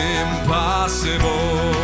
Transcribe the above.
impossible